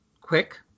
quick